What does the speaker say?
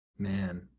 Man